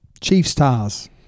Chiefs-Tars